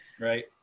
Right